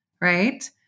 right